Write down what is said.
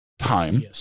time